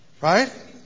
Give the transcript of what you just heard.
Right